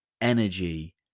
energy